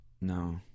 no